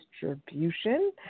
distribution